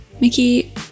Mickey